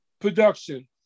production